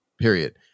period